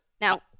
Now